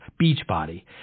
Beachbody